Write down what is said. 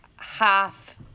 half